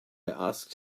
asked